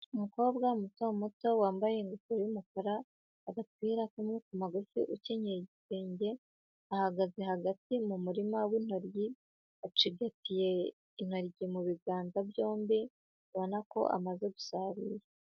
Umukobwa mutomuto wambaye ingofero y'umukara, n'agapira k'amaboko magufi, ukenyeye igitenge, ahagaze hagati mu murima w'intoryi, acigatiye intoryi mu biganza byombi, ubona ko amaze gusarura.